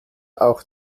auch